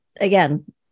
again